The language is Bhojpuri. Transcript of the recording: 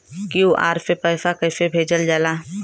क्यू.आर से पैसा कैसे भेजल जाला?